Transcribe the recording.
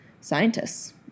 scientists